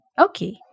okay